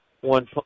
One